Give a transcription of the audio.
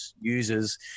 users